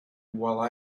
while